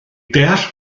deall